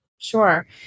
Sure